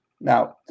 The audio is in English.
Now